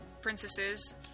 princesses